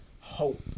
hope